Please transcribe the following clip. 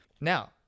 Now